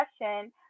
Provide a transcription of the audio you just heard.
question